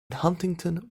huntington